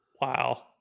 Wow